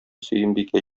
сөембикә